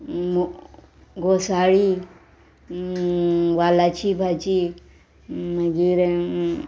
घोसाळी वालाची भाजी मागीर